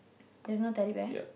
there's no Teddy Bear